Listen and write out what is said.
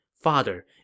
Father